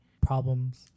problems